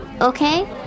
okay